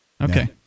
Okay